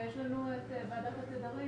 ויש לנו את ועדת התדרים